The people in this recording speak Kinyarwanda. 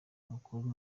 mukuru